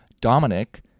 Dominic